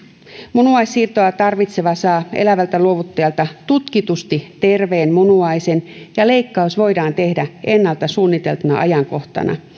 munuaissiirtoa tarvitseva saa elävältä luovuttajalta tutkitusti terveen munuaisen ja leikkaus voidaan tehdä ennalta suunniteltuna ajankohtana